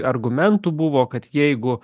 argumentų buvo kad jeigu